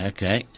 Okay